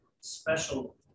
special